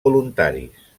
voluntaris